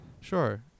Sure